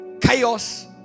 Chaos